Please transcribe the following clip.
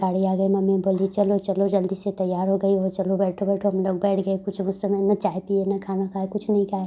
गाड़ी आ गई मम्मी बोली चलो चलो जल्दी से तैयार हो गई हो चलो बैठो बैठो हम लोग बैठ गए कुछ उस समय ना चाय पिए ना खाना खाए कुछ नहीं खाए